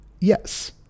yes